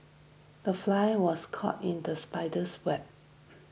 the fly was caught in the spider's web